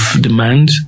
demand